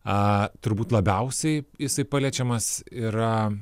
a turbūt labiausiai jisai paliečiamas yra